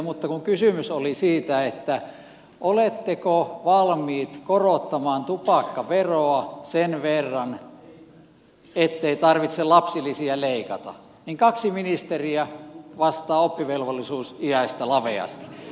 mutta kun kysymys oli siitä että oletteko valmiit korottamaan tupakkaveroa sen verran ettei tarvitse lapsilisiä leikata niin kaksi ministeriä vastaa oppivelvollisuusiästä laveasti